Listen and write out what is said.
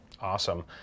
Awesome